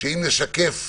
שאם נשקף